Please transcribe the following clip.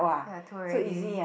ya two already